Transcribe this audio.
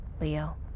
Leo